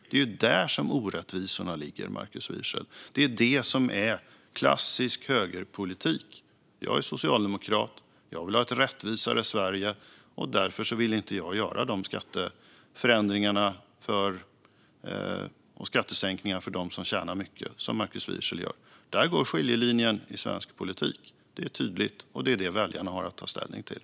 Det är ju där orättvisorna ligger, Markus Wiechel. Det är det som är klassisk högerpolitik. Jag är socialdemokrat och vill ha ett rättvisare Sverige. Därför vill jag inte göra de här förändringarna och införa skattesänkningar för dem som tjänar mycket, som Markus Wiechel vill. Där går skiljelinjen i svensk politik. Det är tydligt, och det är det väljarna har att ta ställning till.